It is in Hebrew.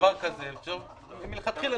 זה מלכתחילה.